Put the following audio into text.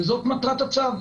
וזאת מטרת הצו.